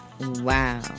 Wow